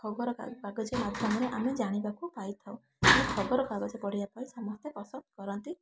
ଖବର କା କାଗଜ ମାଧ୍ୟମରେ ଆମେ ଜାଣିବାକୁ ପାଇଥାଉ କି ଖବରକାଗଜ ପଢ଼ିବା ପାଇଁ ସମସ୍ତେ ପସନ୍ଦ କରନ୍ତି